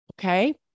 Okay